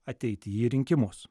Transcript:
ateiti į rinkimus